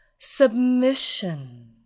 Submission